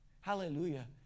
Hallelujah